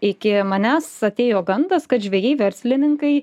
iki manęs atėjo gandas kad žvejai verslininkai